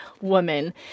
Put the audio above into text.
woman